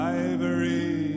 ivory